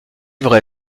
vrai